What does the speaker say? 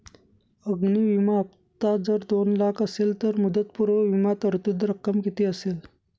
अग्नि विमा हफ्ता जर दोन लाख असेल तर मुदतपूर्व विमा तरतूद रक्कम किती असेल?